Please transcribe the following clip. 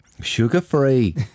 Sugar-free